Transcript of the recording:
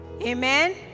Amen